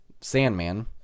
Sandman